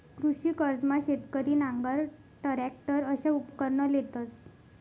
कृषी कर्जमा शेतकरी नांगर, टरॅकटर अशा उपकरणं लेतंस